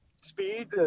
speed